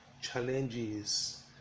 challenges